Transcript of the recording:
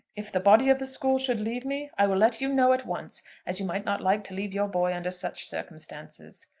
if the body of the school should leave me i will let you know at once as you might not like to leave your boy under such circumstances.